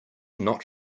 not